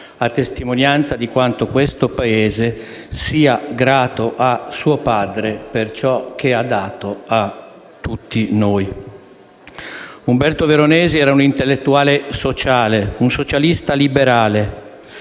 a testimonianza di quanto questo Paese sia grato a suo padre per ciò che ha dato a tutti noi. Umberto Veronesi era un intellettuale sociale, un socialista liberale,